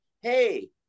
hey